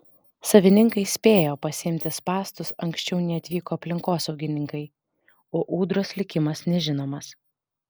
savininkai spėjo pasiimti spąstus anksčiau nei atvyko aplinkosaugininkai o ūdros likimas nežinomas